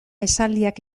esaldiak